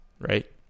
right